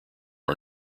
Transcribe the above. are